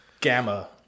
Gamma